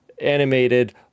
animated